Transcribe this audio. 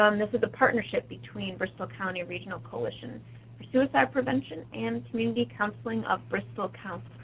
um this is a partnership between bristol county regional coalition for suicide prevention and community counseling of bristol county.